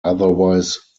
otherwise